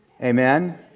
Amen